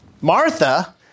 Martha